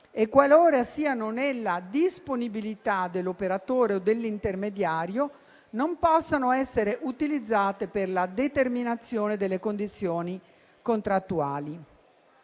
e, qualora siano nella disponibilità dell'operatore o dell'intermediario, non possano essere utilizzate per la determinazione delle condizioni contrattuali.